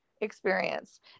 experience